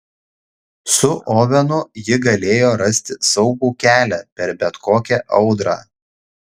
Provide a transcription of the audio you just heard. su ovenu ji galėjo rasti saugų kelią per bet kokią audrą